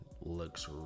looks